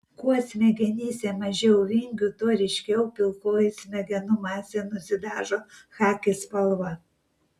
kuo smegenyse mažiau vingių tuo ryškiau pilkoji smegenų masė nusidažo chaki spalva